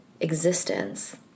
existence